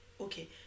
Okay